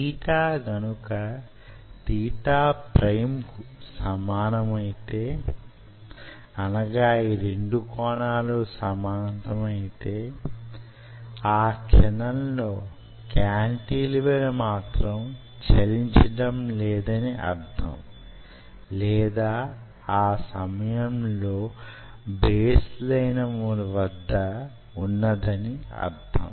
theta గనుక తీటా prime కు సమానమైతే ఆ క్షణంలో క్యాంటిలివర్ మాత్రం చలించడం లేదని అర్థం లేదా అది ఆ సమయంలో బేస్ లైన్ వద్ద వున్నదని అర్థం